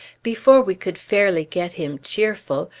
before we could fairly get him cheerful,